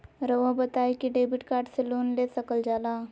रहुआ बताइं कि डेबिट कार्ड से लोन ले सकल जाला?